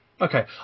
okay